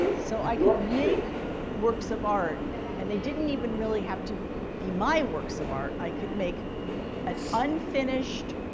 so i could make works of art and they didn't even really have to be my works of art. i could make an unfinished,